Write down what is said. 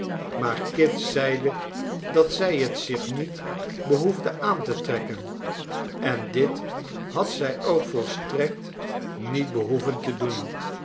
maar kit zeide dat zij het zich niet behoefde aan te trekken en dit had zij ook volstrekt niet behoeven te doen